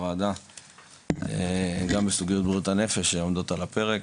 הוועדה גם בסוגיות בריאות הנפש שעומדות על הפרק.